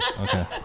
Okay